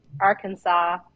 Arkansas